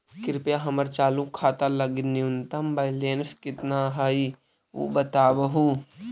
कृपया हमर चालू खाता लगी न्यूनतम बैलेंस कितना हई ऊ बतावहुं